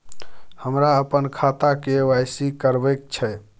हमरा अपन खाता के के.वाई.सी करबैक छै